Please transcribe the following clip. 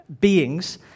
beings